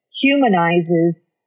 humanizes